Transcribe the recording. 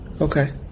Okay